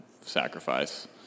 sacrifice